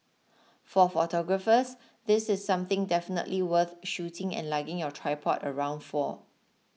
for photographers this is something definitely worth shooting and lugging your tripod around for